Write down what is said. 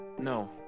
No